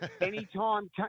anytime